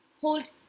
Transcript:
Hold